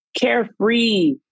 carefree